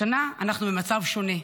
השנה אנחנו במצב שונה.